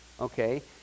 okay